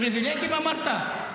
פריבילגים אמרת?